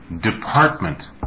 Department